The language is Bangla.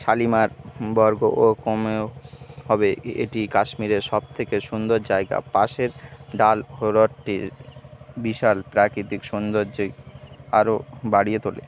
শালিমার বর্গ ও কমেও হবে এটি কাশ্মীরের সব থেকে সুন্দর জায়গা পাশের ডাল হররটির বিশাল প্রাকৃতিক সৌন্দর্যে আরও বাড়িয়ে তোলে